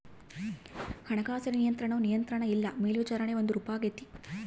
ಹಣಕಾಸಿನ ನಿಯಂತ್ರಣವು ನಿಯಂತ್ರಣ ಇಲ್ಲ ಮೇಲ್ವಿಚಾರಣೆಯ ಒಂದು ರೂಪಾಗೆತೆ